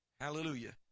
Hallelujah